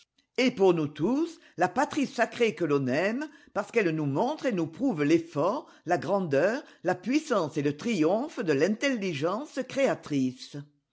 est pour nous tous la patrie sacrée que l'on aime parce qu'elle nous montre et nous prouve l'effort la grandeur la puissance et le triomphe de l'intelligence créatrice